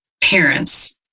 parents